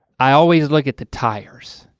i always look at the tires.